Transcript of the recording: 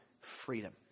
freedom